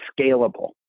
scalable